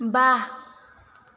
बा